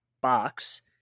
box